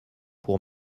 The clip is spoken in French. pour